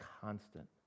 constant